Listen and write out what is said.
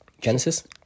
Genesis